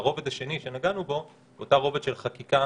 הרובד השני שנגענו בו הוא הוא אותו רובד של חקיקה